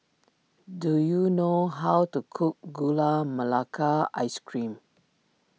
do you know how to cook Gula Melaka Ice Cream